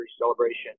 celebration